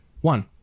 One